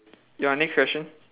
your next question